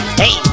hey